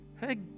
Hey